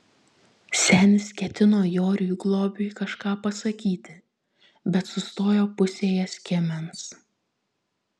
senis ketino joriui globiui kažką pasakyti bet sustojo pusėje skiemens